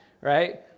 right